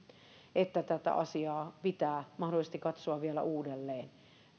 että tätä asiaa pitää mahdollisesti katsoa vielä uudelleen